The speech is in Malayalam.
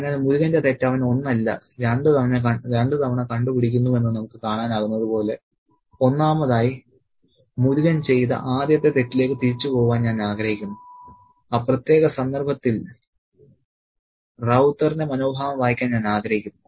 അതിനാൽ മുരുകന്റെ തെറ്റ് അവൻ ഒന്നല്ല രണ്ടുതവണ കണ്ടുപിടിക്കുന്നുവെന്ന് നമുക്ക് കാണാനാകുന്നതുപോലെ ഒന്നാമതായി മുരുകൻ ചെയ്ത ആദ്യത്തെ തെറ്റിലേക്ക് തിരിച്ചുപോകാൻ ഞാൻ ആഗ്രഹിക്കുന്നു ആ പ്രത്യേക സന്ദർഭത്തിൽ റൌത്തറിന്റെ മനോഭാവം വായിക്കാൻ ഞാൻ ആഗ്രഹിക്കുന്നു